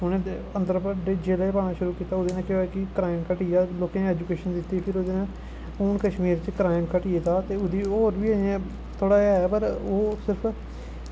उ'नें अन्दर भरी ले ओह्दे नै केह् होआ कि क्राईम घटी जी लोकें गी ऐजुकेशन दित्ती फिर ओह्दे नै हून कश्मीर च क्राईम घटी गेदा ते ओह्दी होर बी अजें थोह्ड़ा जां है पर सिर्फ